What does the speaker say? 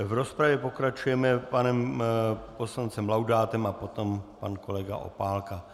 V rozpravě pokračujeme panem poslancem Laudátem a potom pan kolega Opálka.